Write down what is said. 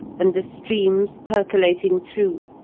and the streams percolating through,